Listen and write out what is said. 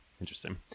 Interesting